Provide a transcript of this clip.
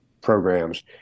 programs